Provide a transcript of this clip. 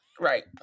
Right